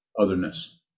otherness